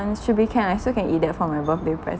should be can I still can eat that for my birthday present